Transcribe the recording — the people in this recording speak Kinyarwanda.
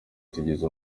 tugize